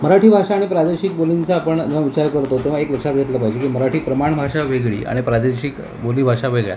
मराठी भाषा आणि प्रादेशिक बोलींचा आपण जेव्हा विचार करतो तेव्हा एक लक्षात घेतलं पाहिजे की मराठी प्रमाण भाषा वेगळी आणि प्रादेशिक बोलीभाषा वेगळ्या